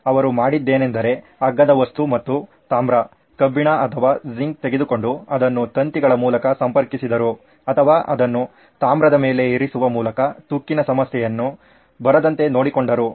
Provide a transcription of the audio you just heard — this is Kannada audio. ಅವರು ಮಾಡಿದ್ದೇನೆಂದರೆ ಅಗ್ಗದ ವಸ್ತು ಮತ್ತು ತಾಮ್ರ ಕಬ್ಬಿಣ ಅಥವಾ ಝಿಂಕ್ ತೆಗೆದುಕೊಂಡು ಅದನ್ನು ತಂತಿಗಳ ಮೂಲಕ ಸಂಪರ್ಕಿಸಿದರು ಅಥವಾ ಅದನ್ನು ತಾಮ್ರದ ಮೇಲೆ ಇರಿಸುವ ಮೂಲಕ ತುಕ್ಕಿನ ಸಮಸ್ಯೆಯನ್ನು ಬರದಂತೆ ನೋಡಿಕೊಂಡರು